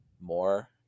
more